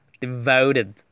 devoted